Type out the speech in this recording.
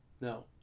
No